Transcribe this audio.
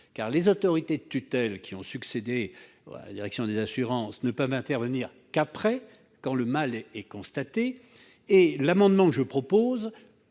car les autorités de tutelle qui ont succédé à la direction des assurances ne peuvent intervenir qu'après, quand le mal est constaté. Les dispositions de l'amendement